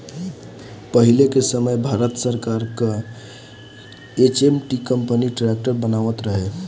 पहिले के समय भारत सरकार कअ एच.एम.टी कंपनी ट्रैक्टर बनावत रहे